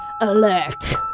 alert